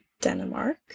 Denmark